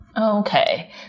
Okay